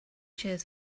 cheers